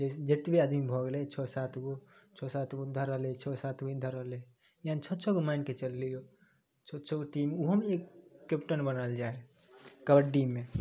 जेतबे आदमी भऽ गेलै छओ सातगो छओ सातगो उधर रहलै छओ सातगो इधर रहलै यानि छओ छओ मानिके चलियौ छओ छओगो टीम ओहोमे एक कैप्टन बनल जाए कबड्डीमे